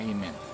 Amen